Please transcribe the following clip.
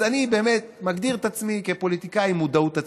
אז אני באמת מגדיר את עצמי כפוליטיקאי עם מודעות עצמית.